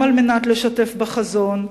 גם על מנת לשתף בחזון,